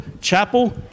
chapel